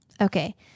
Okay